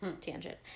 tangent